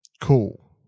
cool